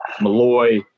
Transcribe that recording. Malloy